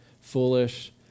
foolish